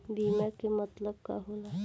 बीमा के मतलब का होला?